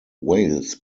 wales